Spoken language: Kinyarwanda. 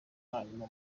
hanyuma